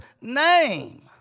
name